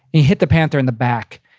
he hit the panther in the back.